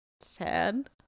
sad